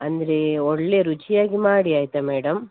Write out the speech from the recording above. ಅಂದರೆ ಒಳ್ಳೆ ರುಚಿಯಾಗಿ ಮಾಡಿ ಆಯಿತಾ ಮೇಡಮ್